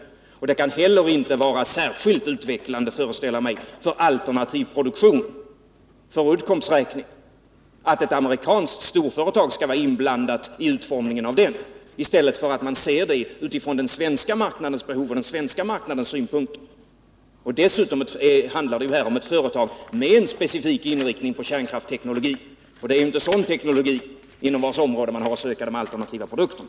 Vidare kan det inte, föreställer jag mig, vara särskilt utvecklande när det gäller alternativ produktion för Uddcombs räkning att ett amerikanskt storföretag är inblandat i utformningen av denna i stället för att man ser frågan utifrån den svenska marknadens behov och den svenska marknadens synpunkter. Dessutom handlar det här om ett företag med en specifik inriktning på kärnkraftsteknologi, och det är inte inom området för en sådan teknologi man har att söka de alternativa produkterna.